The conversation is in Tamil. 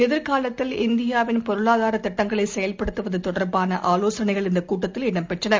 எதிர்காலத்தில் இந்தியாவின் பொருளாதாரதிட்டங்களைசெயல்படுத்துவத்தொடர்பானஆலோசனைகள் இந்தகூட்டத்தில் இடம் பெற்றன